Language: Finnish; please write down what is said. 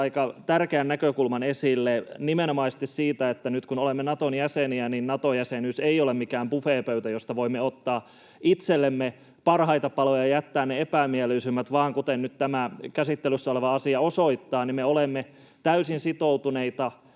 aika tärkeän näkökulman esille nimenomaisesti siitä, että nyt kun olemme Naton jäseniä, niin Nato-jäsenyys ei ole mikään buffetpöytä, josta voimme ottaa itsellemme parhaita paloja ja jättää ne epämieluisimmat, vaan kuten nyt tämä käsittelyssä oleva asia osoittaa, me olemme täysin sitoutuneita